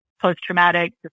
post-traumatic